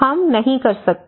हम नहीं कर सकते